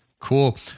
Cool